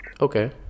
okay